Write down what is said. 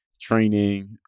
training